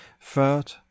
third